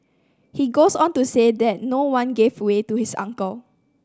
he goes on to say that no one gave way to his uncle